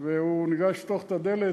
והוא ניגש לפתוח את הדלת,